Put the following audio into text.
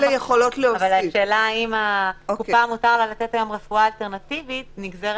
השאלה אם מותר לתת רפואה אלטרנטיבית נגזרת